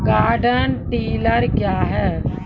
Garden tiller क्या हैं?